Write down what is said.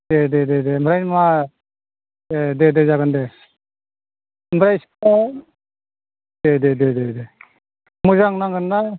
ए दे दे दे ओमफ्राय मा ए दे दे जागोन दे ओमफ्राय सिखा दे दे मोजां नांगोन ना